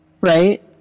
right